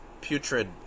putrid